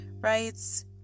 writes